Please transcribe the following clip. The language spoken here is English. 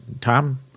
Tom